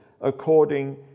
according